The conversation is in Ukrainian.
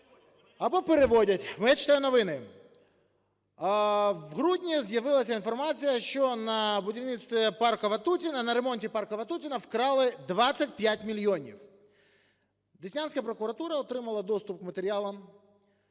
або переводять. Я читаю новини. В грудні з'явилася інформація, що на будівництві парка Ватутіна, на ремонті парка Ватутіна вкрали 25 мільйонів. Деснянська прокуратура отримала доступ до матеріалів